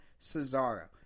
Cesaro